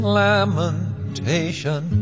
lamentation